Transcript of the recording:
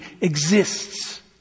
exists